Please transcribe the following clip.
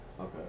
Okay